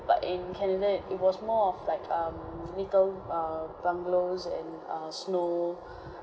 but in canada it was more of like um little err bungalows and err snow